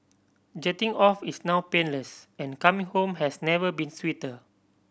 jetting off is now painless and coming home has never been sweeter